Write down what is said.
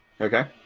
Okay